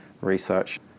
research